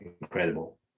incredible